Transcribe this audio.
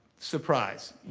surprise.